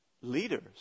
leaders